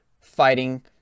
fighting